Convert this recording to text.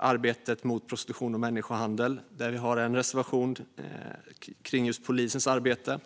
arbetet mot prostitution och människohandel. Där har vi en reservation som gäller polisens arbete.